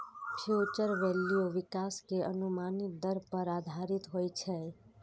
future value विकास के अनुमानित दर पर आधारित होइ छै